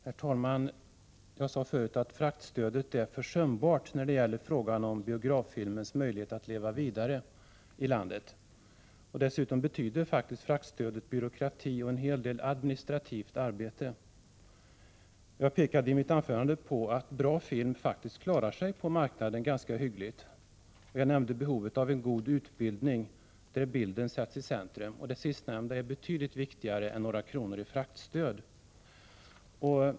Herr talman! Jag sade förut att fraktstödet är försumbart i fråga om biograffilmens möjligheter att leva vidare i landet. Dessutom betyder fraktstödet byråkrati och en hel del administrativt arbete. Jag pekade i mitt anförande på att bra film faktiskt klarar sig ganska hyggligt på marknaden. Jag nämnde behovet av en god utbildning, där bilden sätts i centrum. Det sistnämnda är betydligt viktigare än några kronor i fraktstöd.